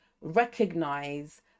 recognize